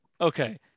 Okay